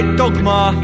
dogma